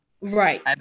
right